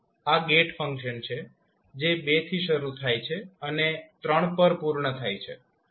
આ એક gate function છે જે 2 થી શરૂ થાય છે અને 3 પર પૂર્ણ થાય છે